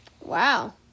Wow